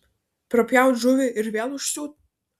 prapjaut žuvį ir vėl užsiūt